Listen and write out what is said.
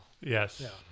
Yes